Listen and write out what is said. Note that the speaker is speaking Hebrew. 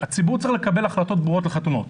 הציבור צריך לקבל החלטות ברורות לחתונות.